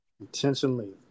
Intentionally